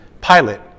pilot